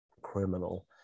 criminal